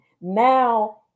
Now